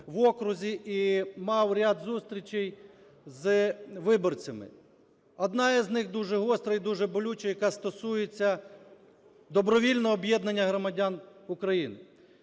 в окрузі і мав ряд зустрічей з виборцями. Одна з них дуже гостра і дуже болюча, яка стосується добровільного об'єднання громадян України.